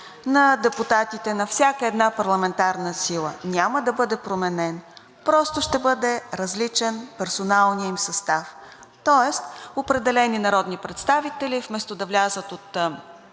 на депутатите на всяка една парламентарна сила няма да бъде променен, просто ще бъде различен персоналният им състав. Тоест определени народни представители вместо да влязат от